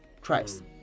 Christ